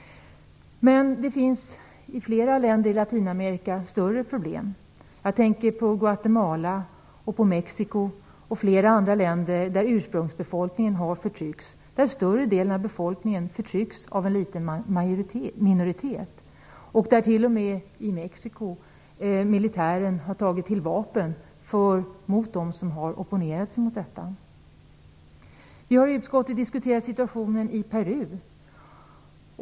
Men i flera länder i Latinamerika finns det större problem. Jag tänker på Guatemala, Mexico och flera andra länder där ursprungsbefolkningen har förtryckts. Större delen av befolkningen förtrycks av en liten minoritet. I Mexico har militären t.o.m. tagit till vapen mot dem som har opponerat sig mot detta. Vi har i utskottet diskuterat situationen i Peru.